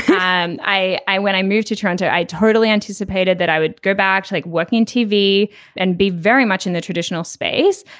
and i i when i moved to toronto i totally anticipated that i would go back. like working tv and be very much in the traditional space.